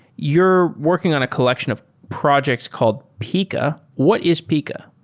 you're working on a collection of projects called pika. what is pika?